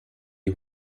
die